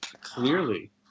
clearly